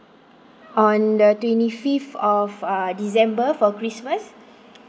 on the twenty fifth of a december for christmas